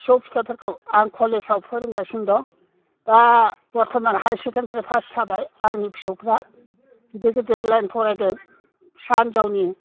फिसौ फिथायफोरखौ आं कलेजाव फोरोंगासिनो दं दा बरथ'मान हाइसेखेन्दारि पास जाबाय आंनि फिसौफ्रा गिदिर गिदिर लाइन फरायदों फिसा हिनजावनि